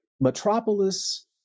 Metropolis